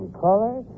color